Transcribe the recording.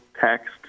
text